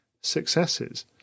successes